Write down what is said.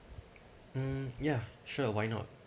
mm ya sure why not